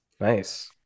Nice